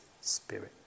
spirit